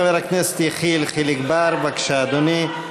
חבר הכנסת יחיאל חיליק בר, בבקשה, אדוני.